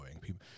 people